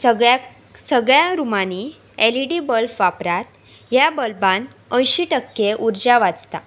सगळ्या सगळ्या रुमांनी एल इ डी बल्ब वापरात ह्या बल्बान अंयशीं टक्के उर्जा वाचता